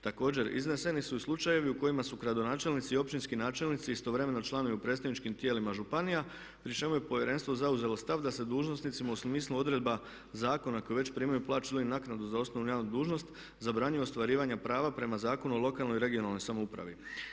Također, izneseni su i slučajevi u kojima su gradonačelnici i općinski načelnici istovremeno članovi u predstavničkim tijelima županija pri čemu je Povjerenstvo zauzelo stav da se dužnosnicima u smislu odredba zakona koji već primaju plaću dobiju naknadu za osnovnu javnu dužnost zabranjuje ostvarivanje prava prema Zakonu o lokalnoj i regionalnoj samoupravi.